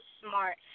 smart